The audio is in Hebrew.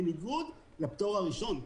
בניגוד לפטור הראשון.